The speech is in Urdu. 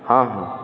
ہاں ہاں